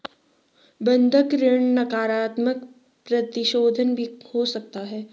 बंधक ऋण नकारात्मक परिशोधन भी हो सकता है